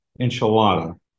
enchilada